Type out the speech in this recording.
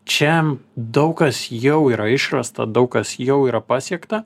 čiam daug kas jau yra išrasta daug kas jau yra pasiekta